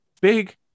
Big